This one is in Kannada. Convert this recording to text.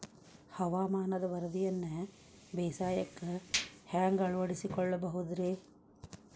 ಹವಾಮಾನದ ವರದಿಯನ್ನ ಬೇಸಾಯಕ್ಕ ಹ್ಯಾಂಗ ಅಳವಡಿಸಿಕೊಳ್ಳಬಹುದು ರೇ?